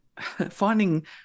finding